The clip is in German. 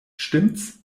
stimmts